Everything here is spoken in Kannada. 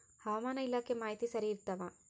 ಹವಾಮಾನ ಇಲಾಖೆ ಮಾಹಿತಿ ಸರಿ ಇರ್ತವ?